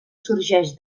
sorgeix